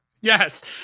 Yes